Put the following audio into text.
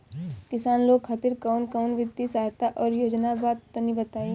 किसान लोग खातिर कवन कवन वित्तीय सहायता और योजना बा तनि बताई?